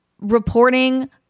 reporting